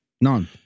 None